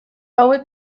hauek